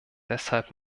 deshalb